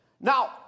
Now